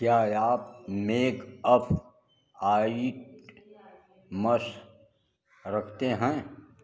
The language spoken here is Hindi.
क्या आप मेकअप आइटमस रखते हैं